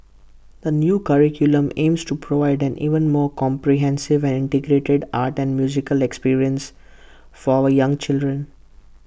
the new curriculum aims to provide an even more comprehensive and integrated art and music experience for our young children